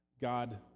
God